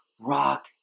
rock